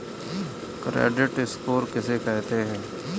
Credit score किसे कहते हैं?